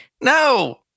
No